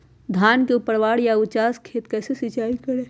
धान के ऊपरवार या उचास खेत मे कैसे सिंचाई करें?